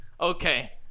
Okay